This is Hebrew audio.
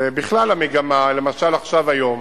ובכלל, המגמה, למשל עכשיו, היום,